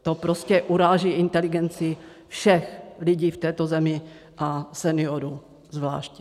To prostě uráží inteligenci všech lidí v této zemi a seniorů zvláště.